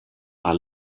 are